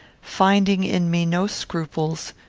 finding in me no scruples,